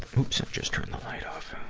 oops, i just turned the light off.